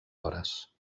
hores